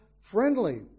friendly